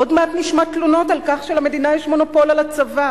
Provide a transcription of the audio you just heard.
עוד מעט נשמע תלונות על כך שלמדינה יש מונופול על הצבא,